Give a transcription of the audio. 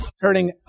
turning